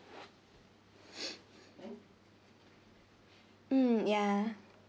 um ya